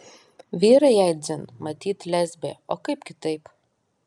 vyrai jai dzin matyt lesbė o kaip kitaip